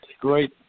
great